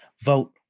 Vote